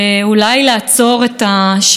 את החוקים הלאומניים,